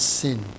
sin